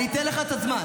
אני אתן לך את הזמן.